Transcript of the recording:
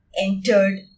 entered